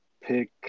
pick –